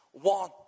One